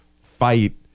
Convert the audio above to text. fight